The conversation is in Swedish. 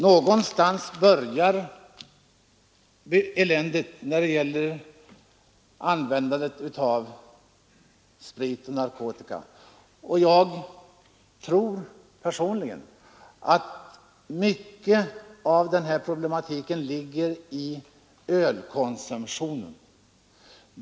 Någonstans börjar eländet när det gäller bruket av sprit och narkotika, och jag tror personligen att mycket av problemet ligger i ölkonsumtionen.